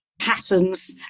patterns